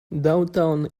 downtown